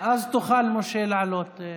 אז תוכל, משה, לעלות.